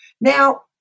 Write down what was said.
Now